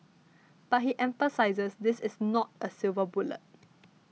but he emphasises this is not a silver bullet